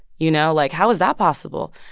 you know, like, how is that possible?